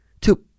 Two